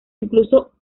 incluso